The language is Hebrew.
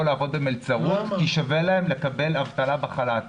ולעבוד במלצרות כי שווה להם לקבל דמי אבטלה בחל"ת.